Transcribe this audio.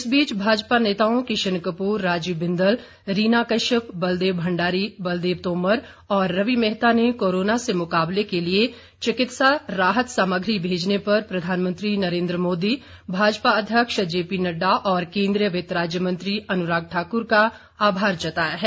इस बीच भाजपा नेताओं किशन कप्र राजीव बिंदल रीना कश्यप बलदेव भंडारी बलदेव तोमर और रवि मेहता ने कोरोना से मुकाबले के लिए चिकित्सा राहत सामग्री भेजने पर प्रधानमंत्री नरेंद्र मोदी भाजपा अध्यक्ष जेपी नड्डा और केंद्रीय वित्त राज्य मंत्री अनुराग ठाकुर का आभार जताया है